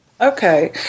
Okay